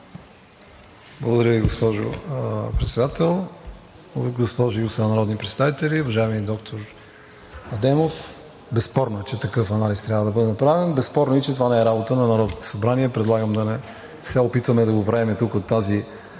Благодаря Ви, госпожо Председател. Госпожи и господа народни представители! Уважаеми доктор Адемов, безспорно е, че такъв анализ трябва да бъде направен, безспорно е, че това не е работа и на Народното събрание. Предлагам да не се опитваме да го правим тук, от тази